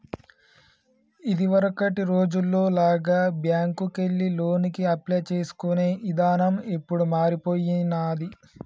ఇదివరకటి రోజుల్లో లాగా బ్యేంకుకెళ్లి లోనుకి అప్లై చేసుకునే ఇదానం ఇప్పుడు మారిపొయ్యినాది